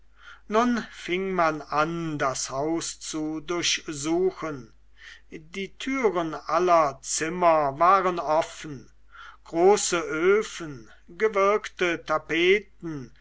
nun fing man an das haus zu durchsuchen die türen aller zimmer waren offen große öfen gewirkte tapeten